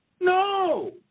No